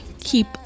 keep